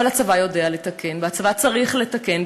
אבל הצבא יודע לתקן והצבא צריך לתקן,